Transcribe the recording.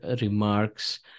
remarks